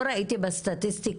לא ראיתי בסטטיסטיקה,